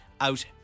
out